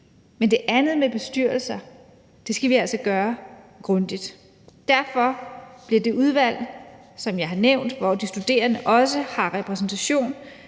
Men det andet med bestyrelser skal vi altså gøre grundigt. Derfor har det udvalg, som jeg har nævnt, hvor de studerende også har repræsentation,